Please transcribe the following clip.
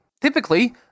Typically